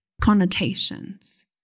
connotations